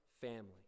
family